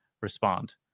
respond